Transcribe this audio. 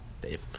Dave